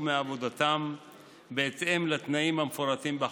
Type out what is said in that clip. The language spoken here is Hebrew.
מעבודתם בהתאם לתנאים המפורטים בחוק.